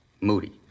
Moody